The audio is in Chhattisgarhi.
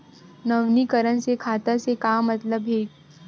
नवीनीकरण से खाता से का मतलब हे?